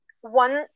one